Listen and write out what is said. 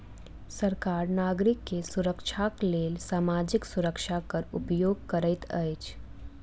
सरकार नागरिक के सुरक्षाक लेल सामाजिक सुरक्षा कर उपयोग करैत अछि